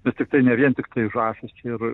bet tiktai ne vien tiktai žąsys ir